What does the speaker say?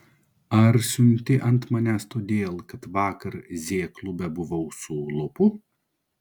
ar siunti ant manęs todėl kad vakar z klube buvau su lopu